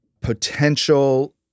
potential